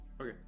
Okay